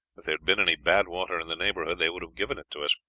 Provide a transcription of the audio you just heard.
if there had been any bad water in the neighborhood they would have given it to us.